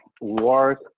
work